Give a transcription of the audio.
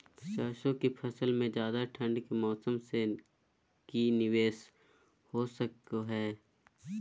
सरसों की फसल में ज्यादा ठंड के मौसम से की निवेस हो सको हय?